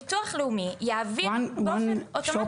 ביטוח לאומי יעביר באופן אוטומטי.